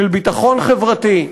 של ביטחון חברתי.